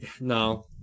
No